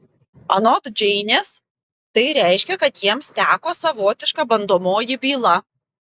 anot džeinės tai reiškia kad jiems teko savotiška bandomoji byla